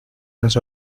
las